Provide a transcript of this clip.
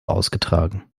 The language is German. ausgetragen